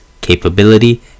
capability